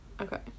Okay